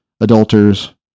adulterers